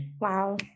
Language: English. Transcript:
Wow